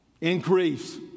increase